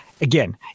Again